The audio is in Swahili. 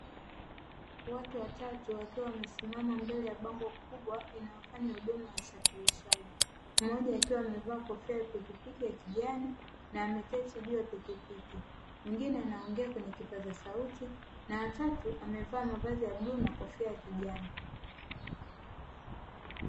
Watu watatu wakiwa wamesimama mbele ya bango kubwa inayofanya huduma ya usafirishaji, mmoja akiwa amevaa kofia ya pikipiki ya kijani na ameketi juu ya pikipiki mwingine anaongea kwenye kipaza sauti na wa tatu amevaa mavazi ya bluu na kofia ya kijani.